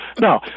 No